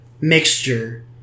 mixture